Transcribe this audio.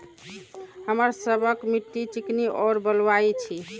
हमर सबक मिट्टी चिकनी और बलुयाही छी?